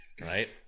right